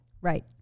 Right